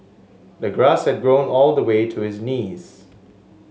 the grass had grown all the way to his knees